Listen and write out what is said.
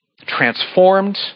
transformed